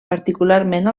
particularment